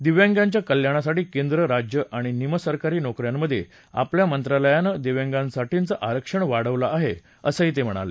दिव्यांगांच्या कल्याणासाठी केंद्र राज्य आणि निमसरकारी नोक यांमधे आपल्या मंत्रालयानं दिव्यांगांसाठीचं आरक्षण वाढवलं आहे असं ते म्हणाले